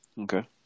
Okay